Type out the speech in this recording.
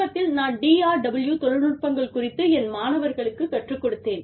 சமீபத்தில் நான் DRW தொழில்நுட்பங்கள் குறித்து என் மானவர்களுக்கு கற்றுக் கொடுத்தேன்